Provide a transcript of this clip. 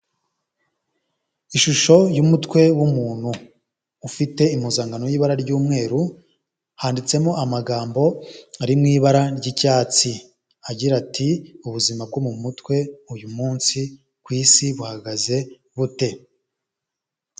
Ishusho y'umutwe w'umuntu, ufite impuzankano y'ibara ry'umweru, handitsemo amagambo ari mui ibara ry'icyatsi, agira ati ubuzima bwo mu mutwe uyu munsi ku isi buhagaze bute.